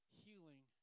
healing